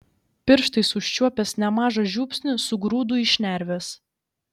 pirštais užčiuopęs nemažą žiupsnį sugrūdu į šnerves